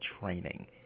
training